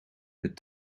het